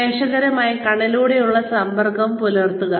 പ്രേക്ഷകരുമായി കണ്ണിലൂടെ ഉള്ള സമ്പർക്കം പുലർത്തുക